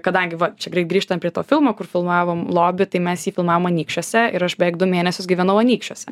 kadangi va čia greit grįžtam prie to filmo kur filmavom lobį tai mes jį filmavom anykščiuose ir aš beveik du mėnesius gyvenau anykščiuose